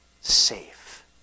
safe